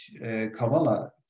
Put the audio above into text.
Kavala